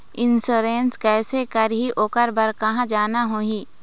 Insurance कैसे करही, ओकर बर कहा जाना होही?